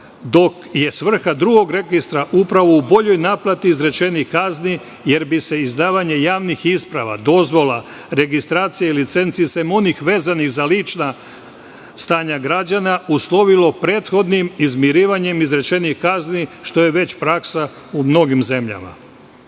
dok je svrha drugog registra upravo u boljoj naplati izrečenih kazni, jer bi se izdavanje javnih isprava, dozvola, registracija licenci, sem onih vezanih za lična stanja građana, uslovilo prethodnim izmirivanjem izrečenih kazni, što je već praksa u mnogim zemljama. Pred